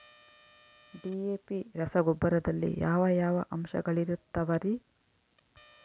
DAP ರಸಗೊಬ್ಬರದಲ್ಲಿ ಯಾವ ಯಾವ ಅಂಶಗಳಿರುತ್ತವರಿ?